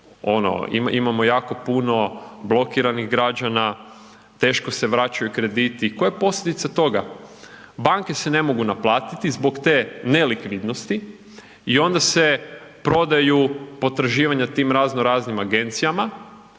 imamo jako puno blokiranih građana, teško se vraćaju krediti, koja je posljedica toga, banke se ne mogu naplatiti zbog te nelikvidnosti i onda se prodaju potraživanja tim razno raznim agencijama,